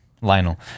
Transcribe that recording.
Lionel